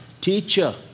teacher